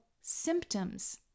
symptoms